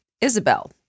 Isabel